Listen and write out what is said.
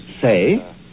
say